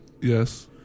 Yes